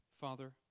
Father